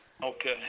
Okay